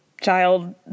child